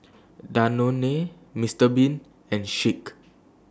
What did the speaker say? Danone Mister Bean and Schick